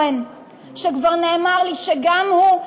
שכבר נאמר לי שגם הוא,